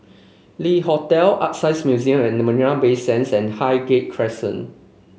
Le Hotel ArtScience Museum at Marina Bay Sands and Highgate Crescent